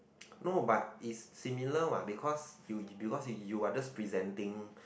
no but is similar what because you because you are just presenting